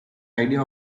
idea